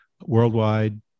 Worldwide